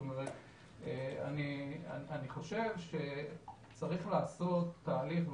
אני חושב שצריך לעשות תהליך,